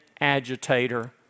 agitator